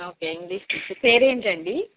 okay English teacher పేరు ఏంటండి